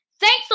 Thanks